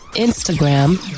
Instagram